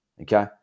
Okay